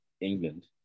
England